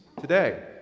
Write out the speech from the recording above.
today